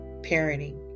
parenting